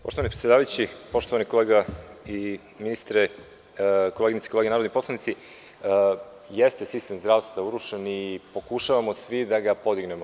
Poštovani predsedavajući, poštovani kolega i ministre, koleginice i kolege narodni poslanici, jeste sistem zdravstva urušen i pokušavamo svi da ga podignemo.